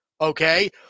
okay